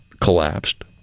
collapsed